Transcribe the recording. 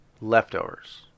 Leftovers